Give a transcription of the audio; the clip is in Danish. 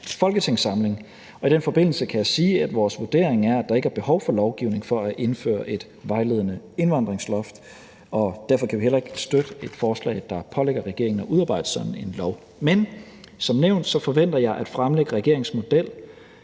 folketingssamling, og i den forbindelse kan jeg sige, at vores vurdering er, at der ikke er behov for lovgivning for at indføre et vejledende indvandringsloft, og derfor kan vi heller ikke støtte et forslag, der pålægger regeringen at udarbejde sådan en lov. Men som nævnt forventer jeg at fremlægge regeringens model